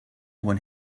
when